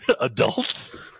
adults